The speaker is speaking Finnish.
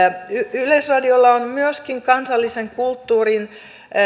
yleisradiolla on myöskin kansallisen kulttuurin